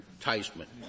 enticement